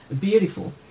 Beautiful